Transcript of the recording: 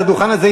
על הדוכן הזה,